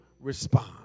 respond